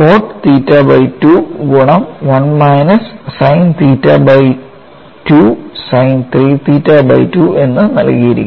coat theta by 2 ഗുണം 1 minus sine theta by 2 sine 3 theta by 2 എന്ന നൽകിയിരിക്കുന്നു